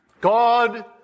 God